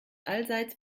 allseits